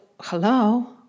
hello